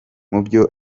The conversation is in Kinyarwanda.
mubyo